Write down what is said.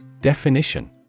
Definition